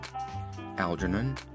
Algernon